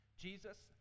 Jesus